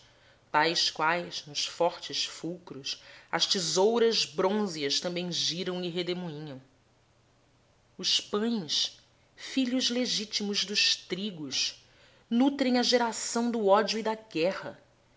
tais quais nos fortes fulcros as tesouras brônzeas também gira e redemoinham os pães filhos legítimos dos trigos nutrem a geração do ódio e da guerra